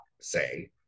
say